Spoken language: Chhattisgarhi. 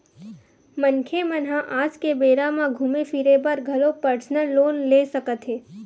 मनखे मन ह आज के बेरा म घूमे फिरे बर घलो परसनल लोन ले सकत हे